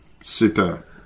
super